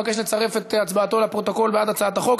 מבקש לצרף את הצבעתו לפרוטוקול בעד הצעת החוק.